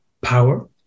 power